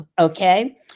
Okay